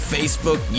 Facebook